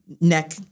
neck